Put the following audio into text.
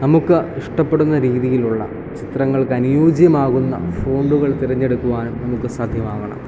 നമുക്ക് ഇഷ്ടപ്പെടുന്ന രീതിയിലുള്ള ചിത്രങ്ങൾക്ക് അനുയോജ്യമാകുന്ന ഫോണ്ടുകൾ തിരഞ്ഞെടുക്കുവാനും നമുക്ക് സാധ്യമാകണം